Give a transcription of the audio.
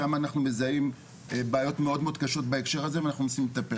שם אנחנו מזהים בעיות מאוד קשות בנושא הזה ואנחנו מנסים לטפל.